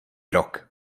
rok